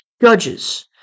judges